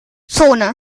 zone